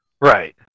Right